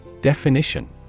Definition